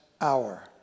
hour